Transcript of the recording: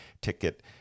ticket